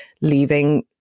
leaving